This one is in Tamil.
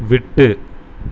விட்டு